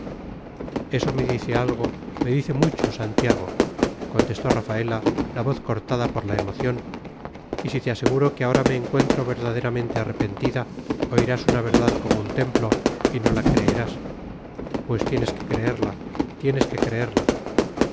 eso me dice algo me dice mucho santiago contestó rafaela la voz cortada por la emoción y si te aseguro que ahora me encuentro verdaderamente arrepentida oirás una verdad como un templo y no la creerás pues tienes que creerla tienes que creerla